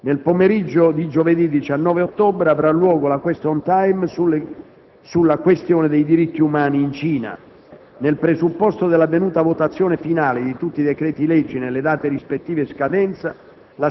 Nel pomeriggio di giovedì 19 ottobre avrà luogo il *question time* sulla questione dei diritti umani in Cina. Nel presupposto dell'avvenuta votazione finale di tutti i decreti-legge nelle date di rispettiva scadenza,